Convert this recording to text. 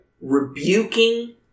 rebuking